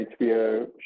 HBO